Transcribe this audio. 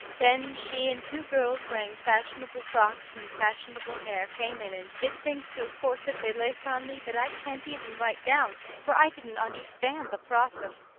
then she and two girls wearing fashionable frocks and fashionable hair came in and did things to a corset they laced on me that i can't even write down, for i didn't understand the process,